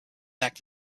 back